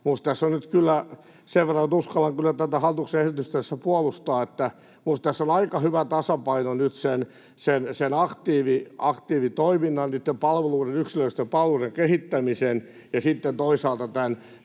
sen verran kyllä tätä hallituksen esitystä tässä puolustaa — aika hyvä tasapaino sen aktiivitoiminnan, niitten yksilöllisten palveluiden kehittämisen, ja sitten toisaalta tämän